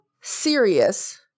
serious –